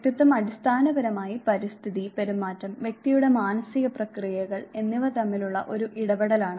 വ്യക്തിത്വം അടിസ്ഥാനപരമായി പരിസ്ഥിതി പെരുമാറ്റം വ്യക്തിയുടെ മാനസിക പ്രക്രിയകൾ എന്നിവ തമ്മിലുള്ള ഒരു ഇടപെടലാണ്